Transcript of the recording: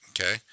okay